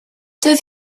doedd